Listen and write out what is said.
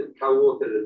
co-authored